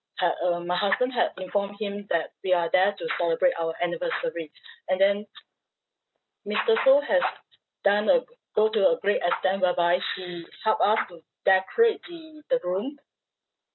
had um my husband had informed him that we are there to celebrate our anniversary and then mister sow has done a go to a great extent whereby he helped us to decorate the the room